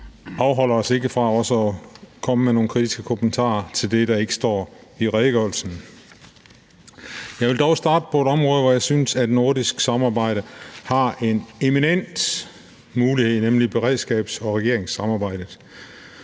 det afholder os ikke fra også at komme med nogle kritiske kommentarer til det, der ikke står i redegørelsen. Jeg vil dog starte på et område, hvor jeg synes, at nordisk samarbejde har en eminent mulighed, nemlig beredskabs- og regeringssamarbejdet.